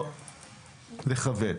לכוון.